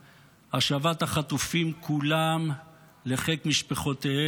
שאמרו: הכול מתנהל טוב, לא צריך לשנות.